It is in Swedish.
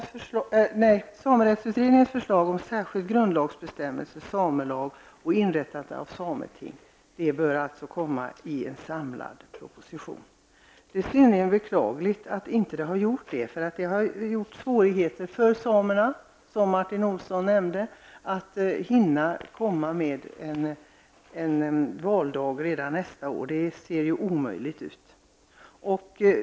Samerättsutredningens förslag om särskild grundlagsbestämmelse, samelag, och inrättande av ett sameting bör läggas fram i en samlad proposition. Det är synnerligen beklagligt att det inte har skett, eftersom det har lett till svårigheter för samerna, vilket Martin Olsson nämnde, att hinna anordna en valdag redan nästa år. Det ser omöjligt ut.